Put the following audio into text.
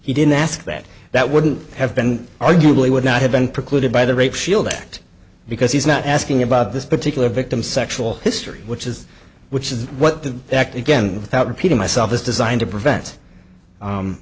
he didn't ask that that wouldn't have been arguably would not have been precluded by the rape shield act because he's not asking about this particular victim's sexual history which is which is what the act again without repeating myself is designed to prevent